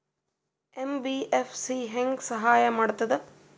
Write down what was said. MBFC ಹೆಂಗ್ ಸಹಾಯ ಮಾಡ್ತದ?